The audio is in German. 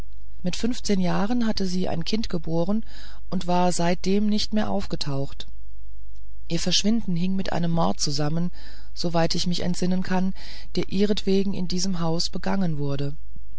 mit fünfzehn jahren hatte sie ein kind geboren und war seitdem nicht mehr aufgetaucht ihr verschwinden hing mit einem mord zusammen soweit ich mich entsinnen kann der ihretwegen in diesem hause begangen wurde